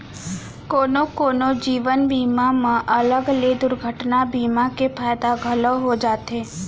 कोनो कोनो जीवन बीमा म अलग ले दुरघटना बीमा के फायदा घलौ हो जाथे